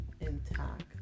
intact